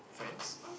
friends